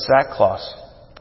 sackcloth